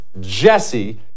JESSE